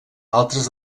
altres